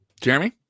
jeremy